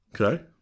Okay